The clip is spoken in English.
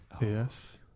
Yes